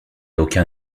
aucun